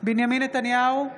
בנימין נתניהו,